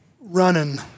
running